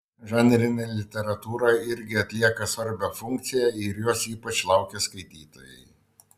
žanrinė literatūra irgi atlieka svarbią funkciją ir jos ypač laukia skaitytojai